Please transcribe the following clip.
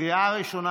לקריאה ראשונה.